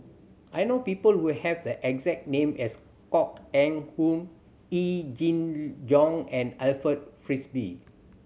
I know people who have the exact name as Koh Eng Hoon Yee Jenn Jong and Alfred Frisby